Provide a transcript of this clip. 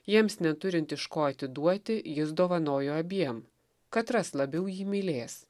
jiems neturint iš ko atiduoti jis dovanojo abiem katras labiau jį mylės